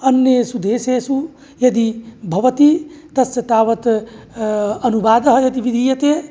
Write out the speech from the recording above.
अन्येषु देशेषु यदि भवति तस्य तावत् अनुवादः इति विधीयते